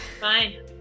fine